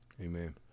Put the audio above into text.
Amen